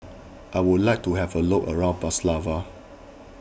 I would like to have a look around Bratislava